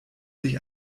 sich